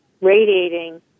radiating